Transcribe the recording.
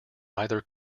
either